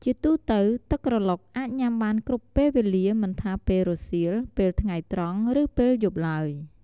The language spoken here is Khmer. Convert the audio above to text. ជាទូទៅ ទឹកក្រឡុកអាចញុាំបានគ្រប់ពេលវេលាមិនថាពេលរសៀល ពេលថ្ងៃត្រង់ ឬពេលយប់ឡើយ។